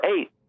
eight